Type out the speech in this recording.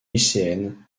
lycéenne